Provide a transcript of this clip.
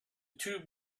tube